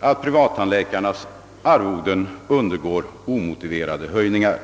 att privattandläkarnas arvoden blir föremål för omotiverade höjningar.